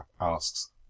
asks